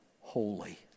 holy